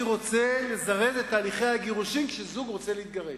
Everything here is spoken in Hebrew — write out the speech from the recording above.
אני רוצה לזרז את הליכי הגירושין כשזוג רוצה להתגרש,